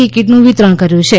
ઇ કીટનું વિતરણ કર્યું છે